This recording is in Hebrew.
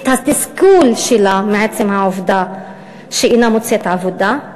את התסכול שלה מעצם העובדה שאינה מוצאת עבודה?